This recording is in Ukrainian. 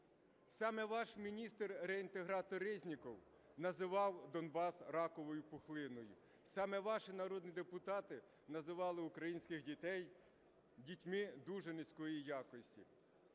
Саме ваш міністр-реінтегратор Резніков називав Донбас раковою пухлиною. Саме ваші народні депутати називали українських дітей дітьми дуже низької якості.